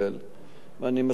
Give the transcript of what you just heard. ואני מסכים לחלוטין.